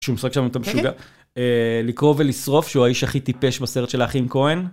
שהוא משחק שם את המשוגע. לקרוא ולשרוף שהוא האיש הכי טיפש בסרט של האחים כהן.